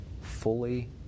fully